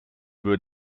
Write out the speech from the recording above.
wird